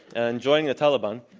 and joined the taliban.